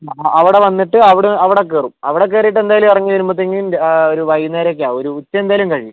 അവിടെ വന്നിട്ട് അവിടെ നിന്ന് അവിടെ കയറും അവിടെ കയറിയിട്ട് എന്തായാലും ഇറങ്ങി വരുമ്പോഴത്തേയ്ക്കും ഒരു വൈകുന്നേരമൊക്കെ ആകും ഒരു ഉച്ച എന്തായാലും കഴിയും